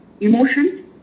emotions